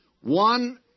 one